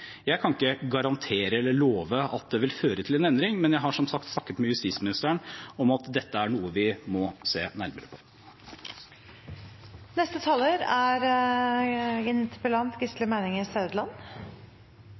Jeg kan ikke garantere eller love at det vil føre til en endring, men jeg har som sagt snakket med justisministeren om at dette er noe vi må se nærmere